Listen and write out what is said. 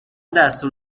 دستور